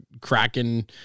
cracking